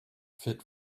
fit